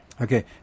Okay